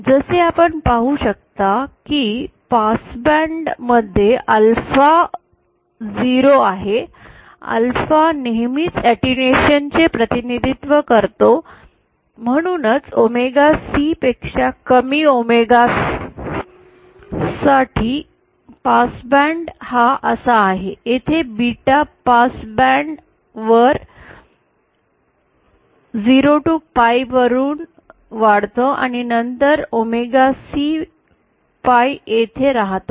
जसे आपण पाहू शकता की पास बँड मध्ये अल्फा 0 आहे अल्फा नेहमीच अटेन्यूएशन चे प्रतिनिधित्व करतो म्हणूनच ओमेगा C पेक्षा कमी ओमेगा साठी पास बँड हा असा आहे येथे बीटा पास बँड वर 0 पाय वरुन वाढते आणि नंतर ओमेगा C पाय येथे राहतो